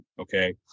Okay